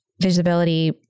visibility